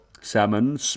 Salmon